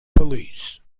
police